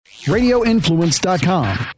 RadioInfluence.com